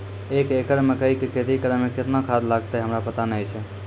एक एकरऽ मकई के खेती करै मे केतना खाद लागतै हमरा पता नैय छै?